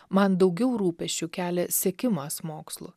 man daugiau rūpesčių kelia sekimas mokslu